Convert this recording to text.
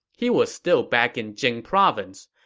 he was still back in jing province.